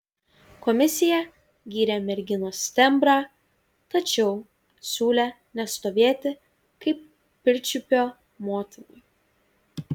komisija gyrė merginos tembrą tačiau siūlė nestovėti kaip pirčiupio motinai